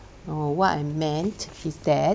oh what I meant is that